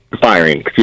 firing